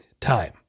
time